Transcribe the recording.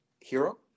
hero